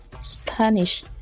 Spanish